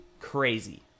crazy